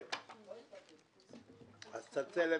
פה אחד נגד, אין נמנעים, אין אושר.